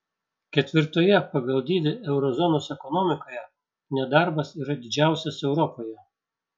ketvirtoje pagal dydį euro zonos ekonomikoje nedarbas yra didžiausias europoje